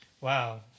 Wow